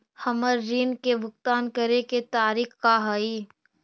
हमर ऋण के भुगतान करे के तारीख का हई?